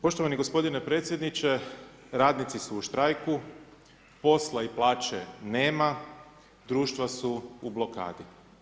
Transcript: Poštovani gospodine predsjedniče, radnici su u štrajku, posla i plaće nema, društva su u blokadi.